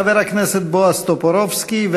חבר הכנסת בועז טופורובסקי,